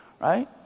Right